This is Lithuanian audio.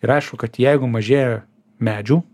ir aišku kad jeigu mažėja medžių